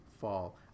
Fall